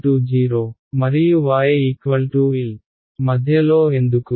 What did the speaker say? y0 మరియు yL మధ్యలో ఎందుకు